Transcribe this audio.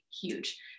huge